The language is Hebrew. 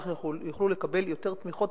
כך יוכלו לקבל יותר תמיכות,